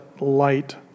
light